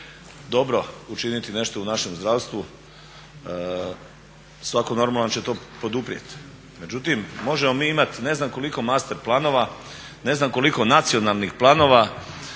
dobro učiniti nešto u našem zdravstvu svatko normalan će to poduprijeti. Međutim, možemo mi imati ne znam koliko master planova, ne znam koliko nacionalnih planova